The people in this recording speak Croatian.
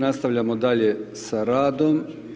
Nastavljamo dalje sa radom.